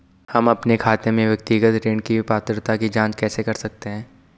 हम अपने खाते में व्यक्तिगत ऋण की पात्रता की जांच कैसे कर सकते हैं?